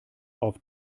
auf